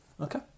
Okay